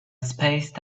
spaced